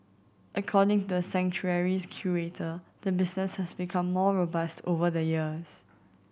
according to the sanctuary's curator the business has become more robust over the years